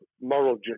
moral